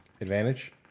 Advantage